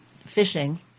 fishing